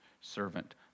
servant